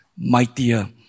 mightier